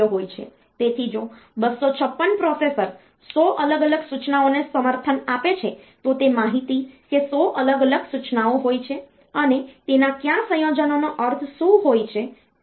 તેથી જો 256 પ્રોસેસર 100 અલગ અલગ સૂચનાઓને સમર્થન આપે છે તો તે માહિતી કે 100 અલગ અલગ સૂચનાઓ હોય છે અને તેના કયા સંયોજનોનો અર્થ શું હોય છે તે